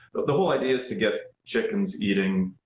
the whole idea is to get chickens eating,